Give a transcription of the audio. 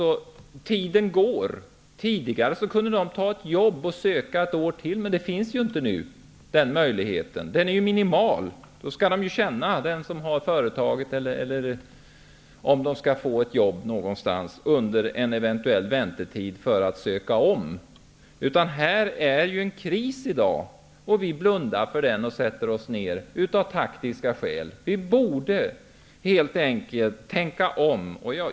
Men tiden går. Tidigare kunde de ta ett jobb och söka nästa år, men den möjligheten är nu minimal. Det är bara de som känner någon som har ett företag som kan få jobb under en eventuell väntetid innan de kan söka igen. Här är det en kris i dag, och vi sätter oss ner och blundar för den, av taktiska skäl. Vi borde helt enkelt tänka om.